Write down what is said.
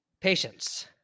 Patience